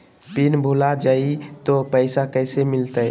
Pin भूला जाई तो पैसा कैसे मिलते?